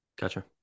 gotcha